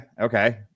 okay